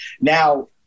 Now